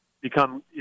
become